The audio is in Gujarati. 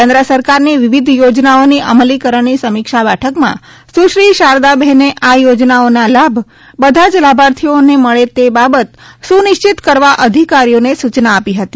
કેન્દ્ર સરકારની વિવિધ યોજનાઓની અમલીકરણની સમીક્ષા બેઠકમાં સુશ્રી શારદાબહેને આ યોજનાઓના લાભ બધા જ લાભાર્થીઓને મળે તે બાબત સુનિશ્ચિત કરવા અધિકારીઓને સૂચના આપી હતી